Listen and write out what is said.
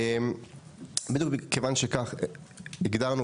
בדיוק מכיוון שהגדרנו,